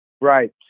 right